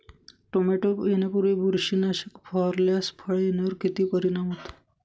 Tomato येण्यापूर्वी बुरशीनाशक फवारल्यास फळ येण्यावर किती परिणाम होतो?